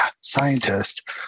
scientist